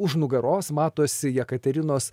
už nugaros matosi jekaterinos